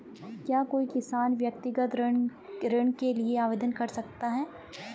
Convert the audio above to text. क्या कोई किसान व्यक्तिगत ऋण के लिए आवेदन कर सकता है?